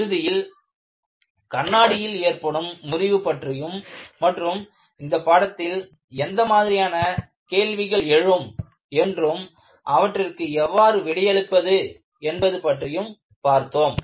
இறுதியில் கண்ணாடியில் ஏற்படும் முறிவு பற்றியும் மற்றும் இந்த பாடத்தில் எந்த மாதிரியான கேள்விகள் எழும் என்றும் அவற்றுக்கு எவ்வாறு விடையளிப்பது என்பது பற்றியும் பார்த்தோம்